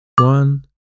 One